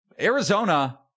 Arizona